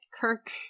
Kirk